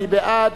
מי בעד?